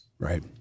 Right